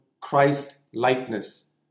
Christ-likeness